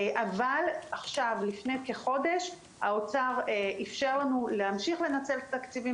אבל עכשיו לפני כחודש האוצר אפשר לנו להמשיך לנצל תקציבים